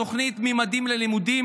התוכנית ממדים ללימודים,